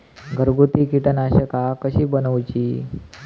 घरगुती कीटकनाशका कशी बनवूची?